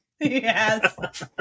Yes